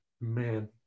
Man